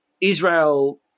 Israel